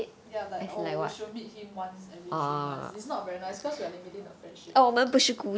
ya like oh we should meet him once every three months it's not very nice cause we are limiting the friendship